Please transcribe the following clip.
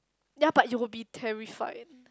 ya but you will be terrified